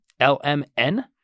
LMN